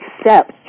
accept